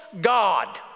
God